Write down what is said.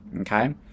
okay